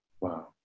Wow